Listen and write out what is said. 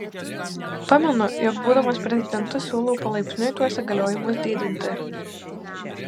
pamenu jog būdamas prezidentu siūlau palaipsniui tuos įgaliojimus didinti